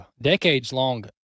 decades-long